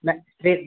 नहीं ठीक